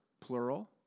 plural